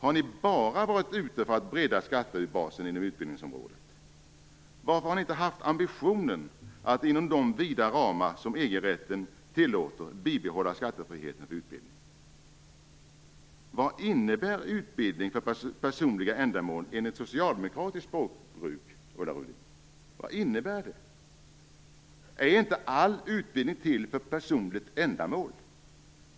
Har ni bara varit ute efter att bredda skattebasen inom utbildningsområdet? Varför har ni inte haft ambitionen att inom de vida ramar som EG-rätten tillåter bibehålla skattefriheten för utbildning? Vad innebär utbildning för personliga ändamål enligt socialdemokratiskt språkbruk, Ulla Rudin? Är inte all utbildning till för personliga ändamål?